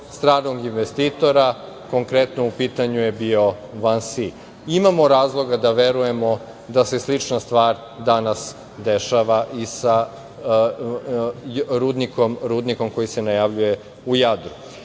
stranog investitora konkretno u pitanju je bio Vansi. Imamo razloga da verujemo da se slična stvar danas dešava i sa rudnikom koji se najavljuje u Jadru.